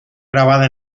grabada